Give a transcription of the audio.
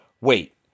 wait